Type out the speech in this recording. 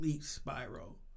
spiral